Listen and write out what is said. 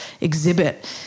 exhibit